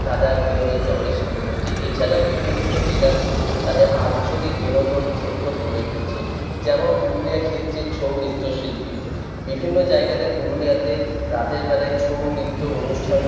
তারা বিনোদন সামিল হচ্ছে এছাড়া বিভিন্ন জেলাতে তাদের আঞ্চলিক বিনোদন ক্ষেত্র গড়ে উঠেছে যেমন পুরুলিয়া ক্ষেত্রের ছৌ নৃত্য শিল্পী বিভিন্ন জায়গাতে পুরুলিয়াতে রাতের বেলায় ছৌ নৃত্য অনুষ্ঠান